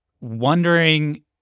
wondering